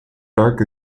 dark